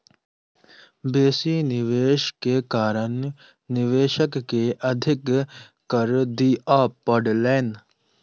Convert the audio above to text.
बेसी निवेश के कारण निवेशक के अधिक कर दिअ पड़लैन